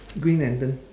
green lantern